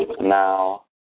now